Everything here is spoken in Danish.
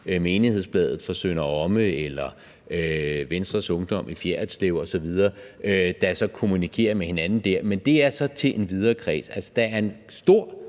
menighedesbladet i Sønder Omme eller Venstres Ungdom i Fjerritslev osv., der kommunikerer med hinanden dér, men det er til en videre kreds. Altså, der er stor